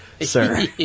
sir